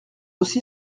aussi